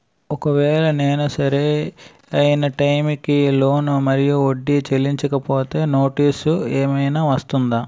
ఒకవేళ నేను సరి అయినా టైం కి లోన్ మరియు వడ్డీ చెల్లించకపోతే నోటీసు ఏమైనా వస్తుందా?